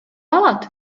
алат